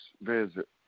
visit